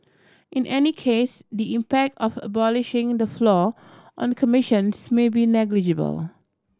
in any case the impact of abolishing the floor on commissions may be negligible